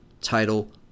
title